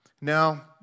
Now